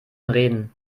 reden